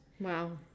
Wow